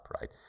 right